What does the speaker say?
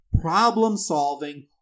problem-solving